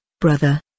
brother